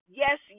yes